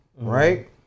Right